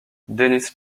dennis